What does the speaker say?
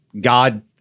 God